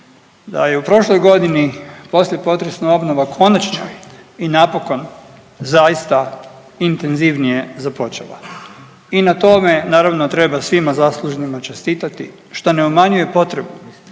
da je u prošloj godini poslije potresna obnova konačno i napokon zaista intenzivnije započela i na tome naravno treba svima zaslužnima čestitati što ne umanjuje potrebu